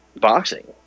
Boxing